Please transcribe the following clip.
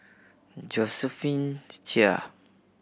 Josephine Chia